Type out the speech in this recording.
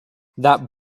that